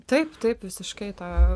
taip taip visiškai tą